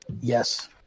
Yes